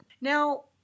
Now